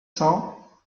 cents